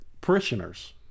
parishioners